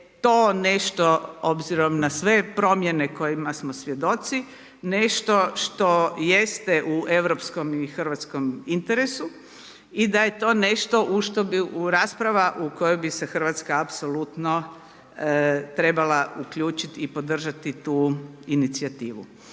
to nešto obzirom na sve promjene kojima smo svjedoci, nešto što jeste u europskom i hrvatskom interesu i da je to nešto u što bi u rasprava u kojoj bi se Hrvatska apsolutno trebala uključiti i podržati tu inicijativu.